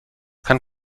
kann